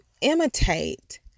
imitate